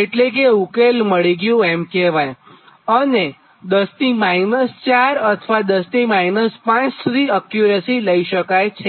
એટલે કે ઉકેલ મળી ગયું એમ કહેવાયઅને 10 ની 4 અથવા 10 ની 5 સુધી અક્યુરસી લઈ શકાય છે